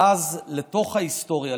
ואז לתוך ההיסטוריה,